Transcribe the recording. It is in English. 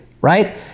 right